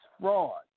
fraud